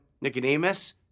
Nicodemus